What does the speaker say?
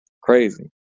crazy